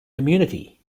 community